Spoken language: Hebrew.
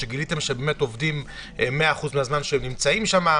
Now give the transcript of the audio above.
אחרי שגיליתם שהם עובדים 100% מהזמן שהם נמצאים שם,